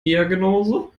diagnose